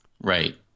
Right